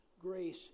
grace